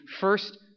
first